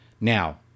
now